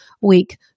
week